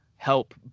help